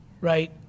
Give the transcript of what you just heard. right